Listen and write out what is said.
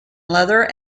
leather